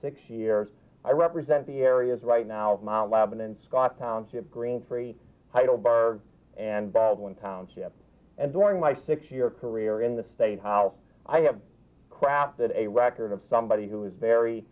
six years i represent the areas right now mount lebanon scott township green free hydel bar and baldwin township and during my six year career in the state house i have crafted a record of somebody who is very